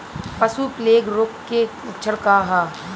पशु प्लेग रोग के लक्षण का ह?